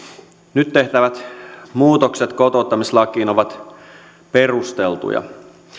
nyt tehtävät muutokset kotouttamislakiin ovat perusteltuja